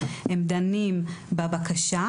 הם דנים בבקשה.